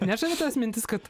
nežavi tas mintis kad